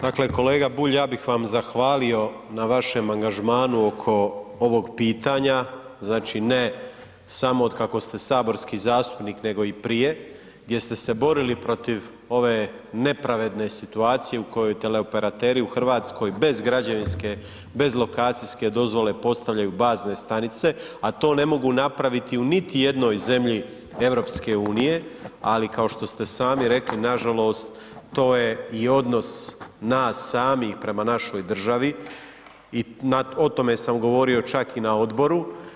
Dakle, kolega Bulj, ja bi vam zahvalio na vašem angažmanu oko ovog pitanja, znači, ne samo otkako ste saborski zastupnik, nego i prije, jer ste se borili protiv ove nepravedne situacije, u kojoj teleoperateri u Hrvatskoj, bez građevinske, bez lokacijske dozvole, postavljaju bazne stanice, a to ne mogu napraviti niti u jednoj zemlji EU, ali kao što ste sami rekli, nažalost, to je i odnos nas samih, prema našoj državi i o tome sam govorio čak i na odboru.